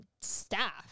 staff